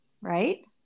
right